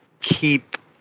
keep